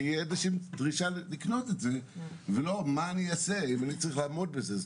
כי אין איזושהי דרישה לקנות את זה ולא מה אני יעשה אני צריך לעמוד בזה,